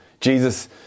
Jesus